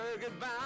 goodbye